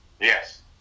yes